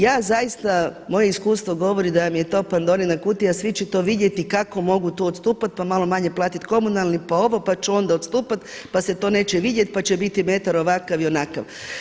Ja zaista, moje iskustvo govori da vam je to Pandorina kutija, svi će to vidjeti kako mogu tu odstupati pa malo manje platiti komunalni, pa ovo, pa ću onda odstupati, pa se to neće vidjeti, pa će biti metar ovakav i onakav.